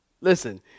Listen